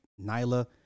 Nyla